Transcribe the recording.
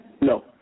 No